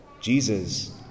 Jesus